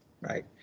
Right